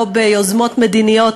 לא ביוזמות מדיניות,